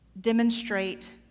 demonstrate